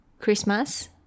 Christmas